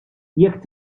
jekk